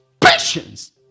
Patience